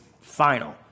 Final